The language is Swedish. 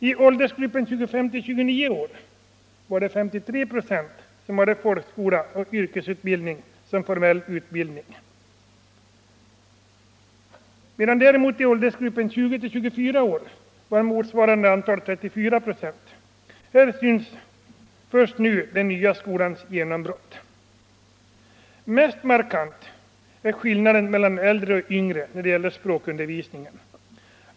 I åldersgruppen 25-29 år var det 53 96 som hade folkskola och yrkesutbildning som formell utbildning medan däremot i åldersgruppen 20-24 år motsvarande antal var 34 96. Först där syns nu den nya skolans genombrott. Mest markant är skillnaden mellan äldre och yngre då det gäller språkundervisningen.